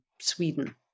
Sweden